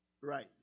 Right